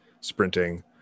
sprinting